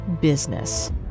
business